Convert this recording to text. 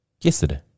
yesterday